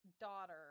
daughter